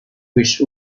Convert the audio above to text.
which